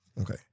Okay